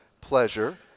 pleasure